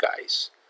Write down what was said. guys